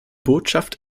botschaft